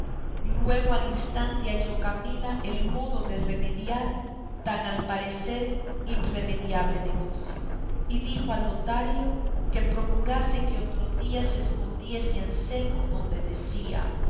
luego al instante halló camila el modo de remediar tan al parecer inremediable negocio y dijo a lotario que procurase que otro día se escondiese anselmo donde decía